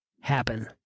happen